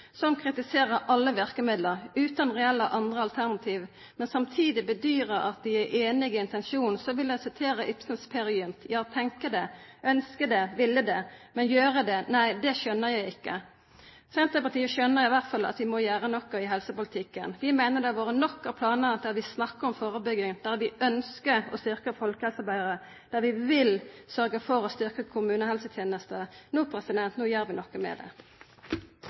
som kritiserer alle verkemidla utan andre reelle alternativ, men som samtidig bedyrar at dei er einige i intensjonen, vil eg sitera Ibsens Peer Gynt: «Ja, tænke det; ønske det; ville det med, – men gøre det! Nej; det skjønner jeg ikke!» Senterpartiet skjøner i alle fall at vi må gjera noko i helsepolitikken. Vi meiner det har vore nok av planar der vi snakkar om førebygging, der vi ønskjer å styrkja folkehelsearbeidet, der vi vil sørgja for å styrkja kommunehelsetenesta. No gjer vi noko med det.